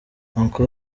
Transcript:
uncle